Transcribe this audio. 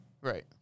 Right